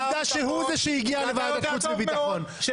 זה לא שקרי.